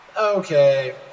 Okay